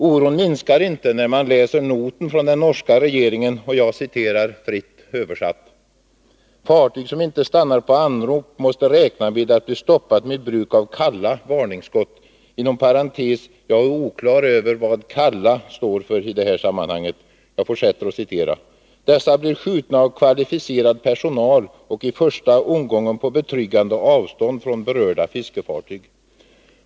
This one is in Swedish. Oron minskar inte när man läser noten från den norska regeringen, som jag citerar fritt översatt: ”Fartyg som inte stannar på anrop måste räkna med att bli stoppat med bruk av kalla” — jag är inte på det klara med vad ”kalla” står för i det här sammanhanget — ”varningsskott. Dessa blir skjutna av kvalificerad personal och i första omgången på betryggande avstånd från berörda fiskefartyg.